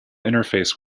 interface